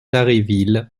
dharréville